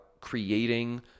creating